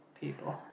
people